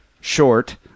short